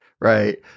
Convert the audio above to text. right